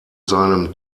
seinem